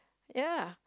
ya